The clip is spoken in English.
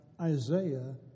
Isaiah